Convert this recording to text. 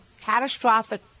catastrophic